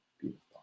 Beautiful